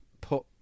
put